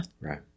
right